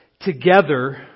Together